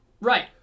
Right